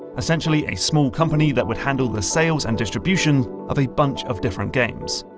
essentially, a small company that would handle the sales and distribution of a bunch of different games.